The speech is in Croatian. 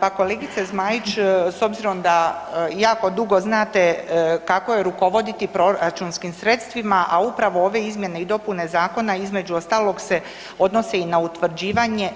Pa kolegice Zmajić s obzirom da jako dugo znate kako je rukovoditi proračunskim sredstvima, a upravo ove izmjene i dopune zakona između ostaloga se odnose i na utvrđivanje